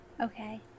Okay